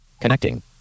Connecting